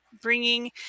bringing